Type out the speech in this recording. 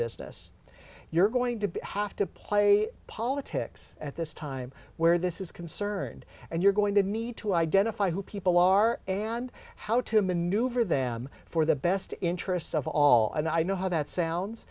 business you're going to have to play politics at this time where this is concerned and you're going to need to identify who people are and how to maneuver them for the best interests of all and i know how that sounds